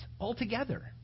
altogether